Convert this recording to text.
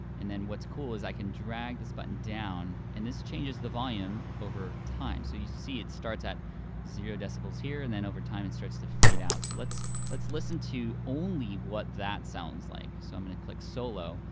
and then what's cool is i can drag this button down, and this changes the volume over time. so you see it starts at zero decibels here, and then over time it starts to fade out. so let's let's listen to only what that sounds like. so i'm gonna click solo,